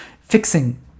fixing